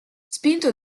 spinto